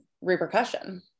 repercussion